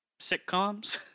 sitcoms